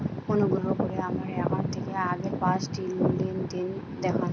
অনুগ্রহ করে আমার অ্যাকাউন্ট থেকে আগের পাঁচটি লেনদেন দেখান